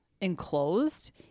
enclosed